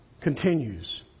continues